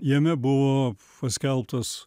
jame buvo paskelbtas